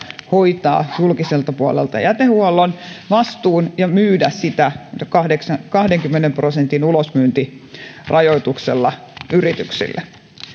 hoitaa julkiselta puolelta jätehuollon vastuun ja myydä sitä kahdenkymmenen prosentin ulosmyyntirajoituksella yrityksille